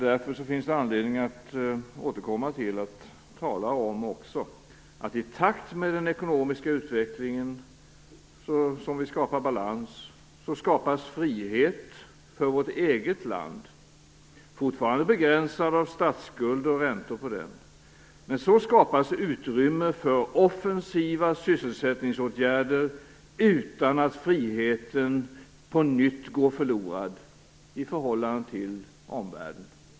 Därför finns det anledning att återkomma till och även tala om att i takt med att vi skapar balans i den ekonomiska utvecklingen skapas frihet för vårt eget land. Den är fortfarande begränsad av statsskulder och räntor på den. Men så skapas utrymme för offensiva sysselsättningsåtgärder utan att friheten på nytt går förlorad i förhållande till omvärlden.